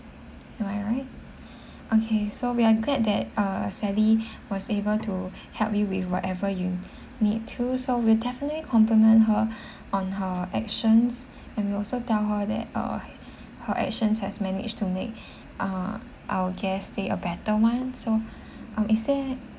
am I right okay so we are glad that uh sally was able to help you with whatever you need to so we'll definitely compliment her on her actions and we also tell her that uh her actions has managed to make uh our guest stay a better one so um is there